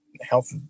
health